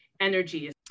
energy